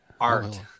art